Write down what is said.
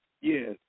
yes